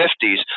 fifties